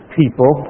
people